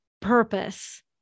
purpose